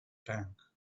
tank